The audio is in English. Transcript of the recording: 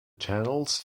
channels